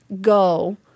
go